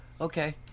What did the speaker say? Okay